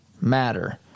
Matter